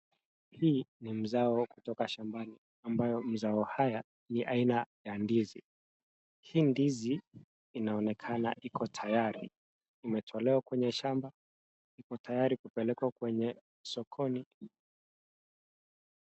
Hii ni mzao kutoka shambani ambayo mzao haya ni aina ya ndizi. Hii ndizi inaonekana iko tayari umetolewa kwenye shamba, iko tayari kupelekwa kwenye sokoni.